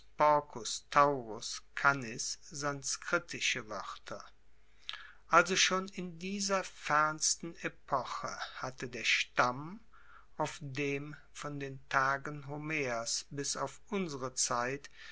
taurus canis sanskritische woerter also schon in dieser fernsten epoche hatte der stamm auf dem von den tagen homers bis auf unsere zeit